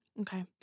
Okay